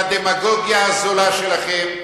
בדמגוגיה הזולה שלכם,